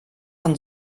von